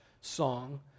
song